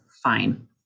Fine